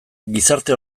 gizarte